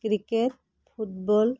cricket football